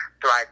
thrive